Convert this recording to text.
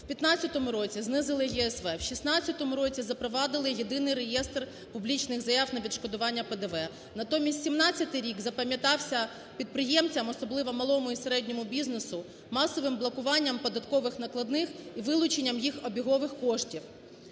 В 2015 році знизили ЄСВ. В 2016 році запровадили єдиний реєстр публічних заяв на відшкодування ПДВ. Натомість, 2017 рік запам'ятався підприємцям, особливо малому і середньому бізнесу масовим блокуванням податкових накладних і вилученням їх обігових коштів.